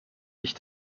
ich